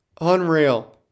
Unreal